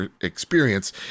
experience